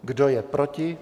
Kdo je proti?